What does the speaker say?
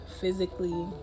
physically